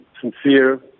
sincere